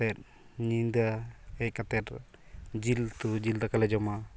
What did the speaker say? ᱠᱟᱛᱮ ᱧᱤᱫᱟᱹ ᱦᱮᱡ ᱠᱟᱛᱮ ᱡᱤᱞ ᱩᱛᱩ ᱡᱤᱞ ᱫᱟᱠᱟᱞᱮ ᱡᱚᱢᱟ